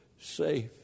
safe